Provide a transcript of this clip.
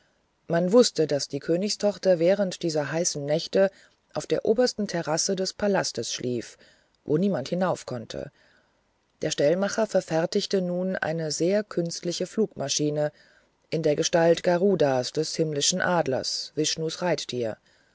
man wußte daß die königstochter während dieser heißen nächte auf der obersten terrasse des palastes schliefe wo niemand hinauf konnte der stellmacher verfertigte nun eine sehr künstliche flugmaschine in der gestalt garudas des himmlischen adlers vishnus reittiers